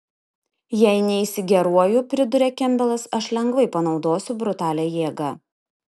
jei neisi geruoju priduria kempbelas aš lengvai panaudosiu brutalią jėgą